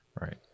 Right